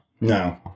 No